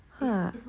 ha